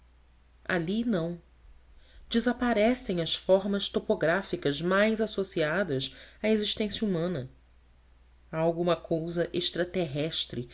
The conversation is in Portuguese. ali não desaparecem as formas topográficas mais associadas à existência humana há alguma coisa extraterrestre